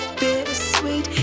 bittersweet